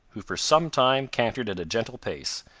who for some time cantered at a gentle pace,